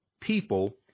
people